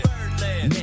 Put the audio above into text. Birdland